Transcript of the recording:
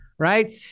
right